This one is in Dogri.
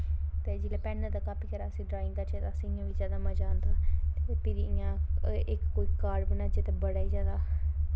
ते जिसलै अस कापी पर इ'यां बी ड्राईंग करचै ता असें इ'यां बी जादा मज़ा आंदा फ्ही इ'यां इक कोई काड़ बनाचै तां बड़ा गै इ'यां